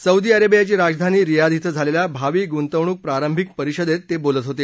Saudi अरेबियाची राजधानी Riyadh इथं झालेल्या भावी गुंतवणूक प्रारंभिक परिषदेत ते बोलत होते